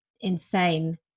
insane